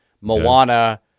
Moana